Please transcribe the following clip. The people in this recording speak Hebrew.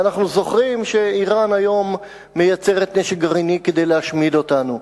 ואנחנו זוכרים שאירן היום מייצרת נשק גרעיני כדי להשמיד אותנו.